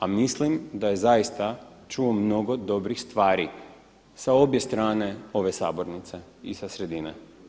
A mislim da je zaista čuo mnogo dobrih stvari sa obje strane ove sabornice i sa sredine.